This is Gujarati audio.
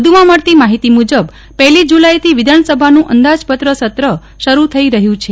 વધુમાં મળતી માહીતી મુજબ પહેલી જલાઈથી વિધાનસભાનું અંદાજપત્ર સત્ર શરૂ થઈ રહયું છે